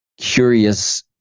curious